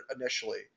initially